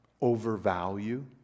overvalue